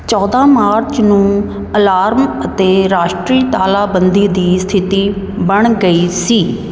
ਚੌਂਦਾਂ March ਨੂੰ alarm ਅਤੇ ਰਾਸ਼ਟਰੀ ਤਾਲਾਬੰਦੀ ਦੀ ਸਥਿਤੀ ਬਣ ਗਈ ਸੀ